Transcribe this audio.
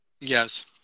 Yes